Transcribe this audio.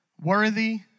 worthy